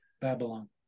Babylon